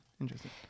Interesting